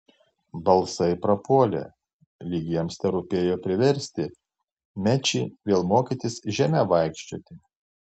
balsai prapuolė lyg jiems terūpėjo priversti mečį vėl mokytis žeme vaikščioti